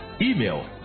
email